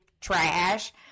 trash